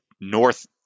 North